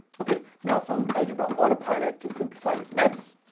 okay now some algebra autopilot to simplify this mess.